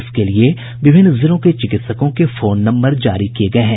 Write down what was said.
इसके लिए विभिन्न जिलों के चिकित्सकों के फोन नम्बर जारी किये गये हैं